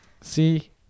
See